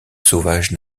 sauvage